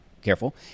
careful